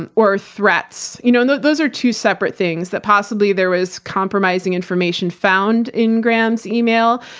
and or threats. you know and those those are two separate things, that possibly there was compromising information found in graham's email,